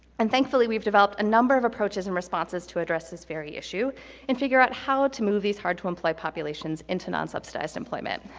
and thankfully we've developed a number of approaches and responses to address this very issue and figure out how to move these hard to employ populations into non-subsidized employment.